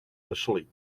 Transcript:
asleep